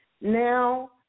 Now